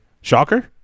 Shocker